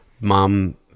Mom